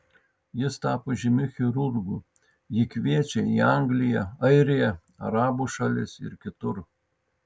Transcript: jis tapo žymiu chirurgu jį kviečia į angliją airiją arabų šalis ir kitur